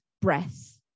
breath